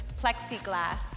plexiglass